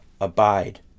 abide